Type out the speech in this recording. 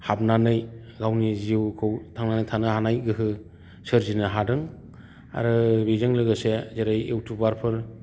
हाबनानै गावनि जिउखौ थांनानै थानो हानाय गोहो सोरजिनो हादों आरो बेजों लोगोसे जेरै इउटुबारफोर